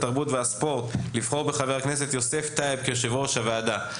התרבות והספורט לבחור בחבר הכנסת יוסף טייב כיושב-ראש הוועדה.